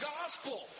gospel